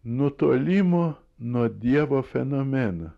nutolimo nuo dievo fenomeną